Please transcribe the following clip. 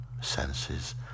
senses